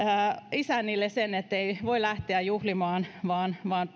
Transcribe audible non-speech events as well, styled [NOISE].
isännille sen ettei voi lähteä juhlimaan vaan vaan [UNINTELLIGIBLE]